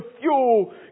fuel